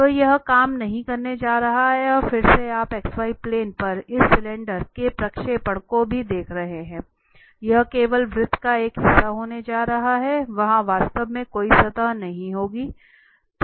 तो यह काम नहीं करने जा रहा है और फिर से आप xy प्लेन पर इस सिलेंडर के प्रक्षेपण को भी देख रहे हैं यह केवल वृत्त का एक हिस्सा होने जा रहा है वहां वास्तव में कोई सतह नहीं होगी